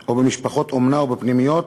או במשפחות אומנה או בפנימיות.